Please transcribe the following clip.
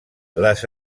les